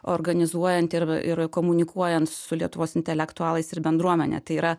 organizuojant ir ir komunikuojant su lietuvos intelektualais ir bendruomene tai yra